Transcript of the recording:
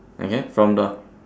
okay from the